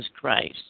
Christ